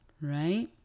right